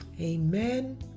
amen